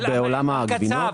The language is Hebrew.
מר קצב,